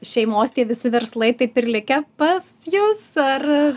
šeimos tie visi verslai taip ir likę pas jus ar